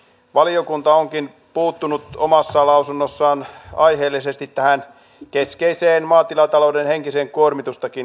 valiokunta onkin puuttunut omassa lausunnossaan aiheellisesti tähän keskeiseen maatilatalouden henkisen kuormitustakin